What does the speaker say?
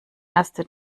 erste